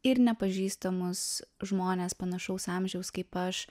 ir nepažįstamus žmones panašaus amžiaus kaip aš